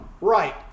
Right